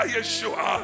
Yeshua